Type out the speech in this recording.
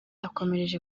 akomereje